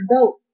Vote